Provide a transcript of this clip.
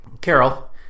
Carol